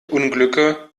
unglücke